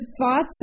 thoughts